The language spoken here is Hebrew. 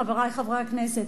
חברי חברי הכנסת,